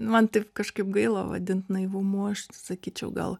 man taip kažkaip gaila vadint naivumu aš sakyčiau gal